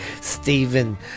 Stephen